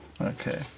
Okay